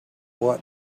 what